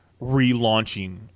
relaunching